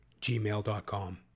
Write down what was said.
Gmail.com